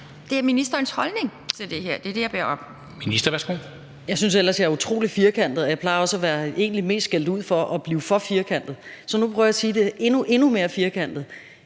at høre ministerens holdning til det her. Det er det, jeg beder om.